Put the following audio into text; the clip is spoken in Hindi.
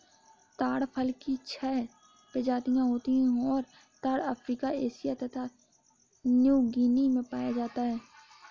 ताड़ फल की छह प्रजातियाँ होती हैं और ताड़ अफ्रीका एशिया तथा न्यूगीनी में पाया जाता है